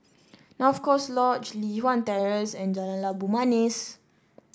North Coast Lodge Li Hwan Terrace and Jalan Labu Manis